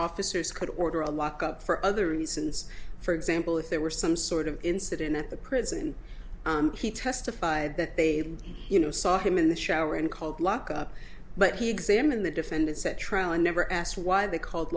officers could order a lock up for other reasons for example if there were some sort of incident at the prison he testified that they you know saw him in the shower and called lockup but he examined the defendant said trial and never asked why they called